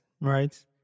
right